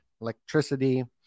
electricity